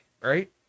Right